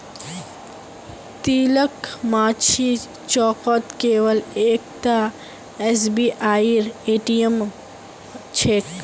तिलकमाझी चौकत केवल एकता एसबीआईर ए.टी.एम छेक